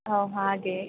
ಓ ಹಾಗೆ